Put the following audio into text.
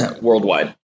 Worldwide